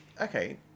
Okay